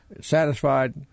satisfied